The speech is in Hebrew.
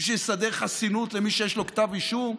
בשביל לסדר חסינות למי שיש לו כתב אישום?